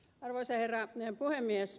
arvoisa herra puhemies